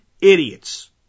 idiots